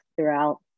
throughout